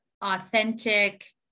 authentic